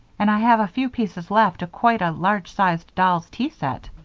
and i have a few pieces left quite a large-sized doll's tea set.